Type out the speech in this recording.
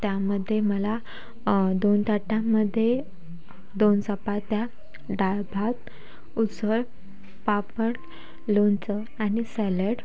त्यामध्ये मला दोन ताटामध्ये दोन चपात्या डाळभात उसळ पापड लोणचं आणि सॅलेड